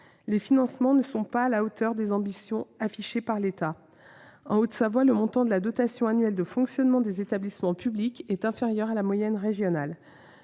Les financements ne sont pas à la hauteur des ambitions affichées par l'État : en Haute-Savoie, le montant de la dotation annuelle de fonctionnement des établissements publics est inférieur à la moyenne régionale.